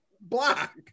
Black